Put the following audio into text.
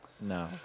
no